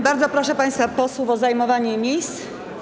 Bardzo proszę państwa posłów o zajmowanie miejsc.